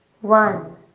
one